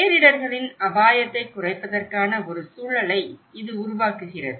பேரிடர்களின் அபாயத்தைக் குறைப்பதற்கான ஒரு சூழலை இது உருவாக்குகிறது